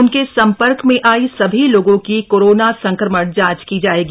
उनके संपर्क में आए सभी लोगों का कोरोना संक्रमण जांच की जाएगी